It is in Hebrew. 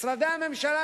משרדי הממשלה,